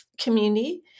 community